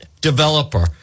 developer